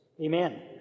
Amen